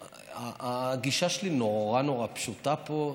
הגישה שלי נורא נורא פשוטה פה: